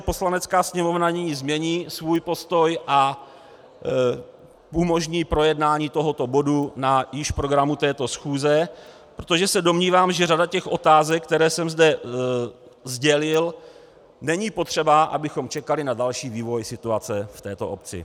Poslanecká sněmovna nyní změní svůj postoj a umožní projednání tohoto bodu již na této schůzi, protože se domnívám, že řada otázek, které jsem zde sdělil, není potřeba, abychom čekali na další vývoj situace v této obci.